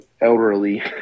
elderly